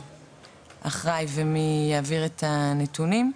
אחראי ומי יעביר את הנתונים.